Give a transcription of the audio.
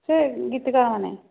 ସେ ଗୀତିକାର ମାନେ